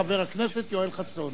חבר הכנסת יואל חסון,